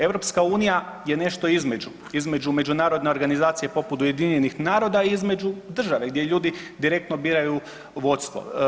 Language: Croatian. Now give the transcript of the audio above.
EU je nešto između, između Međunarodne organizacije poput UN-a i između države gdje ljudi direktno biraju vodstvo.